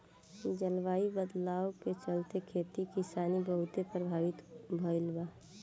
जलवायु बदलाव के चलते, खेती किसानी बहुते प्रभावित भईल बा